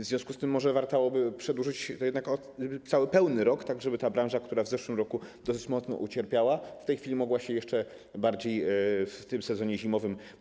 W związku z tym może warto by przedłużyć to jednak o cały pełny rok, tak żeby branża, która w zeszłym roku dosyć mocno ucierpiała, w tej chwili mogła się jeszcze bardziej w odkuć sezonie zimowym.